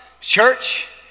church